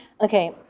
Okay